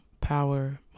power